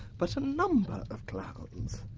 but a number of clowns,